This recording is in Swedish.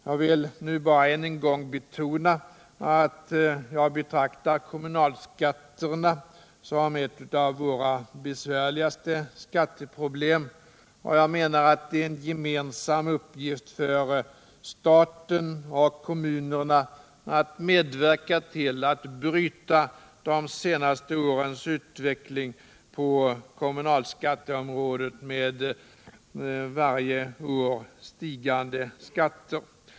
Jag vill bara än en gång betona att jag betraktar kommunalskatterna som ett av våra besvärligaste skatteproblem och att det är en gemensam uppgift för staten och kommunerna att medverka till att bryta de senaste årens utveckling på kommunalskatteområdet, med för varje år stigande skatter.